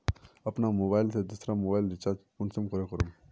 अपना मोबाईल से दुसरा मोबाईल रिचार्ज कुंसम करे करूम?